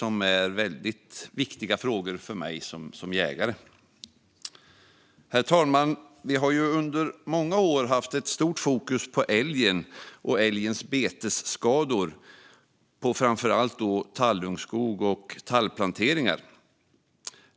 Det här är mycket viktiga frågor för mig som jägare. Herr talman! Under många år har vi haft ett stort fokus på älgen och betesskador på framför allt tallungskog och tallplanteringar.